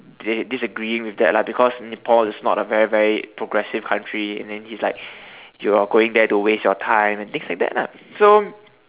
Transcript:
they disagreeing with that lah because Nepal is not a very very progressive country and then he's like you're going there to waste your time and things like that lah so